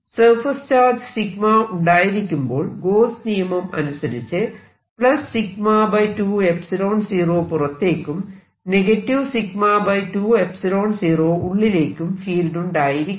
surface charge σ ഉണ്ടായിരിക്കുമ്പോൾ Gauss നിയമം അനുസരിച്ച് 2 0 പുറത്തേക്കും 2 0 ഉള്ളിലേക്കും ഫീൽഡ് ഉണ്ടായിരിക്കും